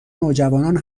نوجوانان